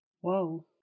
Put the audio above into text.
Whoa